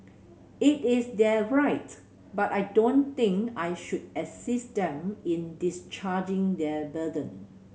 it is their right but I don't think I should assist them in discharging their burden